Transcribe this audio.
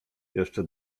jeszcze